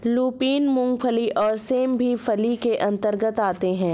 lupin, मूंगफली और सेम भी फली के अंतर्गत आते हैं